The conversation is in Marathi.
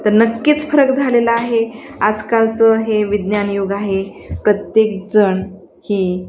तर नक्कीच फरक झालेलं आहे आजकालचं हे विज्ञान युग आहे प्रत्येकजण हे